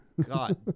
God